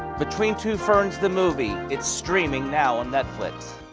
between two ferns the movie, it's streaming now on netflix.